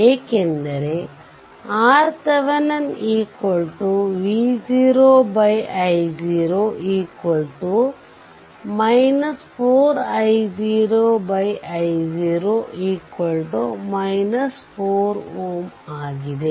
ಏಕೆಂದರೆ RThevenin V0 i0 4 i0 i0 4 Ω ಆಗಿದೆ